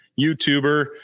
YouTuber